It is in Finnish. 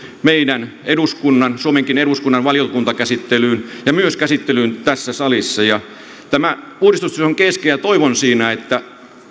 meidän eduskunnan suomenkin eduskunnan valiokuntakäsittelyyn ja myös käsittelyyn tässä salissa tämä uudistustyö on kesken ja toivon että